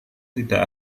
tidak